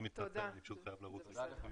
אני מתנצל, אני פשוט חייב לרוץ לכספים.